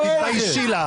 תתביישי לך.